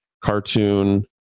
cartoon